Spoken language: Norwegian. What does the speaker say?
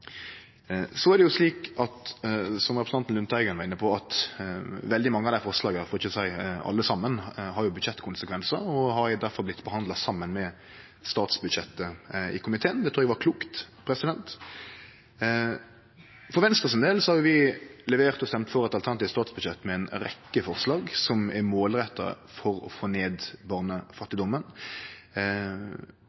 Så er det slik, som representanten Lundteigen var inne på, at veldig mange av desse forslaga – for ikkje å seie alle saman – har budsjettkonsekvensar og difor har vorte behandla saman med statsbudsjettet i komiteen. Det trur eg var klokt. For Venstres del har vi levert og stemt for eit alternativt statsbudsjett med ei rekkje forslag som er målretta for å få ned